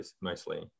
mostly